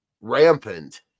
rampant